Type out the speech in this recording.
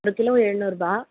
ஒரு கிலோ எழுநூறுபா